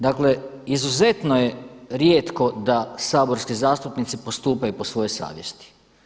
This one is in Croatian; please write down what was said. Dakle izuzetno je rijetko da saborski zastupnici postupaju po svojoj savjesti.